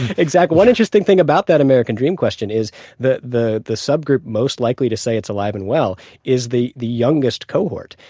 one interesting thing about that american dream question is that the the subgroup most likely to say it's alive and well is the the youngest cohort,